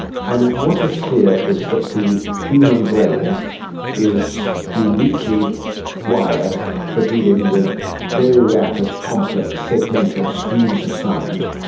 i mean, what is clear is that the human brain is uniquely wired for dealing with very rapid, complex, segmented streams of sound,